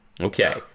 Okay